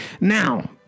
Now